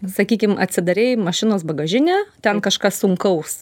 sakykim atsidarei mašinos bagažinę ten kažkas sunkaus kai